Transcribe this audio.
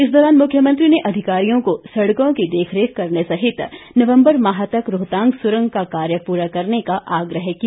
इस दौरान मुख्यमंत्री ने अधिकारियों को सड़कों की देखरेख करने सहित नवम्बर माह तक रोहतांग सुरंग का कार्य पूरा करने का आग्रह किया